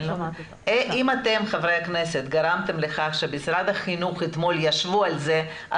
אם אתם חברי הכנסת גרמתם לכך שמשרד החינוך אתמול ישבו על זה,